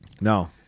No